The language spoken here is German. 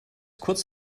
kurz